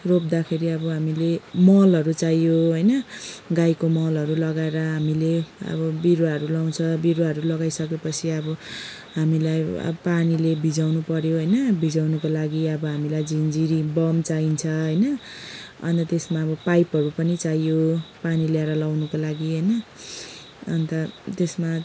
रोप्दाखेरि अब हामीले मलहरू चाहियो होइन गाईको मलहरू लगाएर हामीले अब बिरुवाहरू लगाउँछ बिरुवाहरू लगाइसके पछि अब हामीलाई पानीले भिजाउनु पऱ्यो होइन भिजाउनुको लागि अब हामीलाई झिन्झिरी बम् चाहिन्छ होइन अन्त त्यसमा अब पाइपहरू पनि चाहियो पानी ल्याएर लगाउनुको लागि होइन अन्त त्यसमा